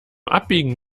abbiegen